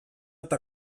eta